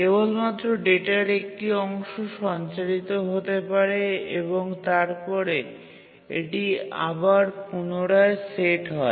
কেবলমাত্র ডেটার একটি অংশ সঞ্চারিত হতে পারে এবং তারপরে এটি আবার পুনরায় সেট হয়